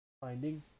finding